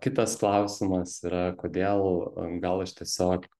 kitas klausimas yra kodėl gal aš tiesiog